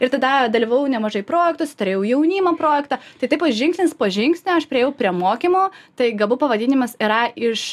ir tada dalyvavau nemažai projektuose turėjau jaunimo projektą tai taip va žingsnis po žingsnio aš priėjau prie mokymo tai gabu pavadinimas yra iš